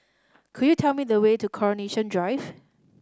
could you tell me the way to Coronation Drive